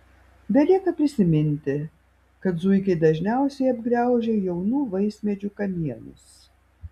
belieka prisiminti kad zuikiai dažniausiai apgraužia jaunų vaismedžių kamienus